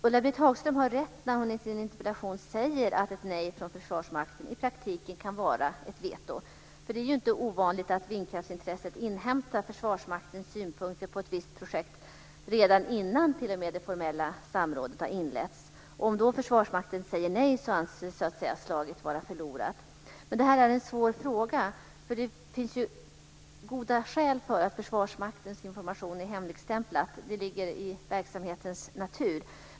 Ulla-Britt Hagström har rätt när hon säger i sin interpellation att ett nej från Försvarsmakten i praktiken kan innebära ett veto. Det är inte ovanligt att vindkraftsintressenterna inhämtar Försvarsmaktens synpunkter på ett visst projekt t.o.m. redan innan det formella samrådet har inletts. Om Försvarsmakten då säger nej anses slaget vara förlorat. Men detta är, som sagt, en svår fråga. Det finns ju goda skäl för att Försvarsmaktens information är hemligstämplad, eftersom det ligger i verksamhetens natur.